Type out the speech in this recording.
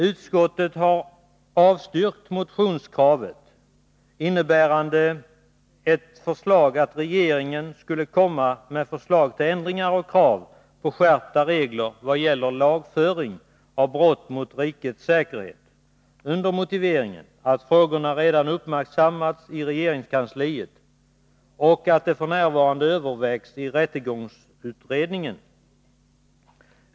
Utskottet har avstyrkt motionskravet innebärande att regeringen skulle komma med förslag till ändringar och skärpta regler i vad gäller lagföring av brott mot rikets säkerhet, under motiveringen att frågorna redan uppmärksammats i regeringskansliet och att de f.n. övervägs av rättegångsutredningen.